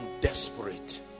desperate